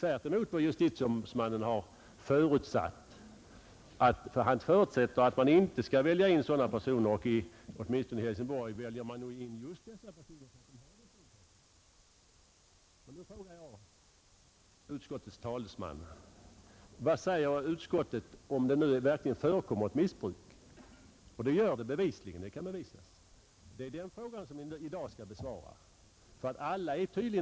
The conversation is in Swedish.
Tvärtemot vad justitieombudsmannen har förutsatt — nämligen att man inte skall välja in dessa personer i byggnadsoch fastighetsnämnder — väljer man åtminstone i Helsingborg in just dem därför att de har denna anknytning till byggnadsverksamheten. Alla är tydligen ense om att det inte är bra om det skulle förekomma ett missbruk.